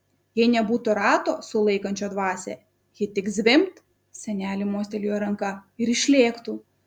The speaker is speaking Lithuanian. jei nebūtų rato sulaikančio dvasią ji tik zvimbt senelė mostelėjo ranka ir išlėktų